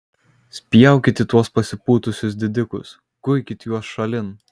spjaukit į tuos pasipūtusius didikus guikit juos šalin